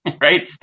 right